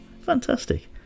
Fantastic